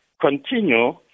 continue